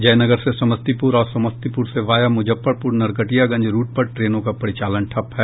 जयनगर से समस्तीपुर और समस्तीपुर से वाया मुजफ्फरपुर नरकटियागंज रूट पर ट्रेनों का परिचालन ठप है